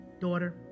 daughter